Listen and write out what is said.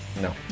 No